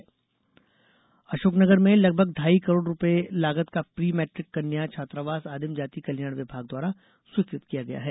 कन्या छात्रावास अशोकनगर में लगभग ढाई करोड़ रुपए लागत का प्री मैट्रिक कन्या छात्रावास आदिम जाति कल्याण विभाग द्वारा स्वीकृत किया गया है